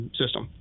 system